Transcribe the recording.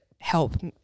help